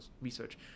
research